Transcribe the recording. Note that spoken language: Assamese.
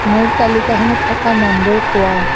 মোক তালিকাখনত থকা নামবোৰ কোৱা